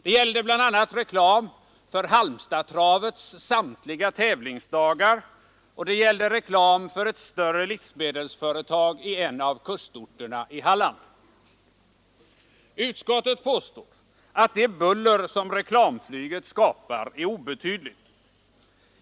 Det gällde bl.a. reklam för Halmstadstravets samtliga tävlingsdagar och reklam för större livsmedelsföretag i kustorterna i Halland. Utskottet påstår att det buller som reklam flyget skapar är obetydligt.